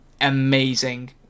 amazing